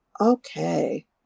okay